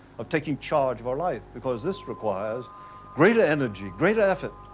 of taking charge of our life, because this requires greater energy, greater effort,